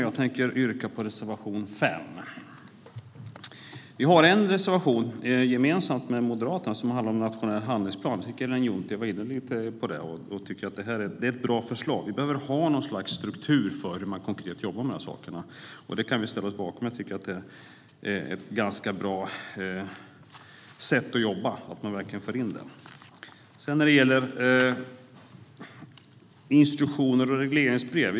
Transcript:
Jag tänker yrka bifall till reservation 5. Vi har en reservation gemensamt med Moderaterna som handlar om en nationell handlingsplan. Ellen Juntti har varit inne lite på det. Det är ett bra förslag. Vi behöver ha något slags struktur för hur man konkret jobbar med de sakerna. Det kan vi ställa oss bakom. Det är ett ganska bra sätt att jobba att man verkligen inför handlingsplanen. Sedan gäller det instruktioner och regleringsbrev.